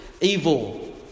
evil